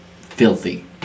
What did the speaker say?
filthy